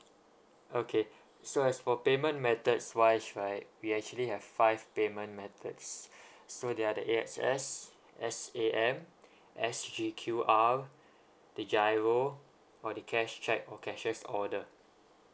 okay so as for payment methods wise right we actually have five payment methods so they are the A_X_S S_A_M S_G_Q_R the G_I_R_O or the cash cheque or cashier's order